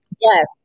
Yes